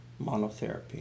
monotherapy